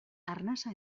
arnasa